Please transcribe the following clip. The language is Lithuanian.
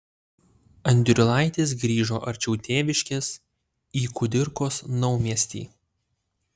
andriulaitis grįžo arčiau tėviškės į kudirkos naumiestį